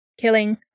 killing